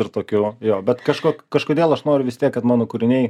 ir tokiu jo bet kažko kažkodėl aš noriu vis tiek kad mano kūriniai